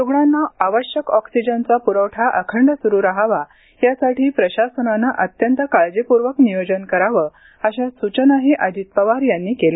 रुग्णांना आवश्यक ऑक्सिजनचा पुरवठा अखंडितपणे सुरू राहावा यासाठी प्रशासनाने अत्यंत काळजीप्रर्वक नियोजन करावे अशा सूचनाही अजित पवार यांनी केल्या